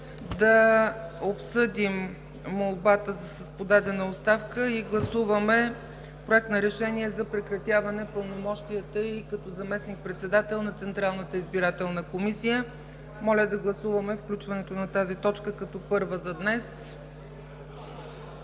да обсъдим молбата с подадена оставка и гласуваме Проект на решение за прекратяване пълномощията й като заместник-председател на Централната избирателна комисия. Моля да гласуваме включването на този точка като първа за днес.